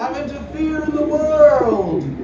haven't a fear in the world!